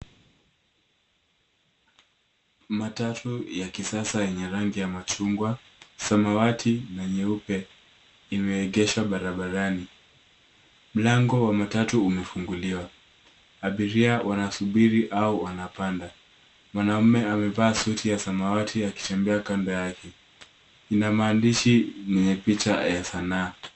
Matatu ya kisasa yenye rangi ya machungwa, samawati na nyeupe imeegeshwa barabarani. Mlango wa matatu umefunguliwa. Abiria wanasubiri au wanapanda. Mwanaume amevaa suti ya samawati akitembea kando yake. Ina maandishi yenye picha ya sanaa.